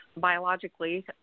biologically